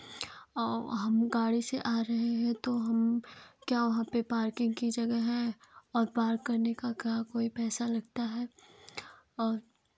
और हम गाड़ी से आ रहे हैं तो हम क्या वहाँ पर पार्किंग की जगह है और पार करने का क्या कोई पैसा लगता है